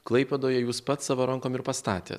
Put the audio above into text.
klaipėdoj jūs pats savo rankom ir pastatėt